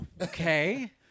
Okay